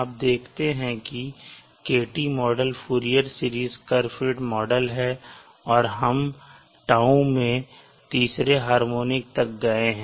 आप देखते हैं कि kt model Fourier series curve fit model है और हम τ में तीसरे हार्मोनिक तक गए हैं